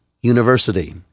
University